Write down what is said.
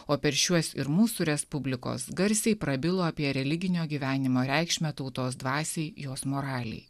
o per šiuos ir mūsų respublikos garsiai prabilo apie religinio gyvenimo reikšmę tautos dvasiai jos moralei